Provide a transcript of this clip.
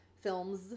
Films